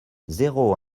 zéro